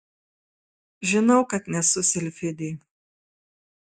žinau kad nesu silfidė